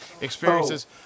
experiences